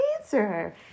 answer